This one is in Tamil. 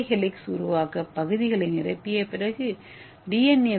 இரட்டை ஹெலிக்ஸ் உருவாக்க பகுதிகளை நிரப்பிய பிறகு டி